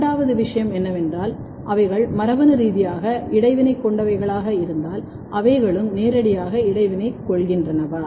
இரண்டாவது விஷயம் என்னவென்றால் அவைகள் மரபணு ரீதியாக இடைவினை கொண்டவைகளாக இருந்தால் அவைகளும் நேரடியாக இடைவினை கொள்கின்றனவா